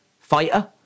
fighter